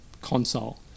console